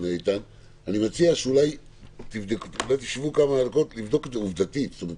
המשטרה כדי לבדוק את הדברים מבחינה עובדתית.